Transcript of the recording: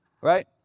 right